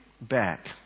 back